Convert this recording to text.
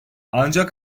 ancak